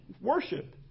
worship